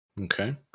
Okay